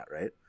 right